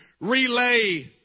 relay